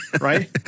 right